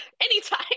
Anytime